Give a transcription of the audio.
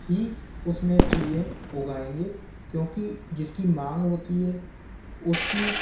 ही उसमे चीज़ें उगाएंगे क्योंकि जिसकी मांग होती है उसकी